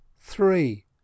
three